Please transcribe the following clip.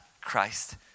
Christ